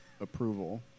approval